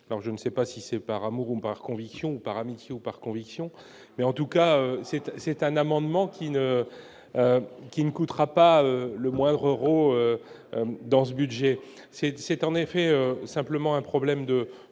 alors je ne sais pas si c'est par amour ou par conviction ou par amitié ou par conviction, mais en tout cas c'est un c'est un amendement qui ne qui ne coûtera pas le moindre Euro dans ce budget, c'est, c'est, en effet, simplement un problème de